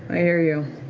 i hear you.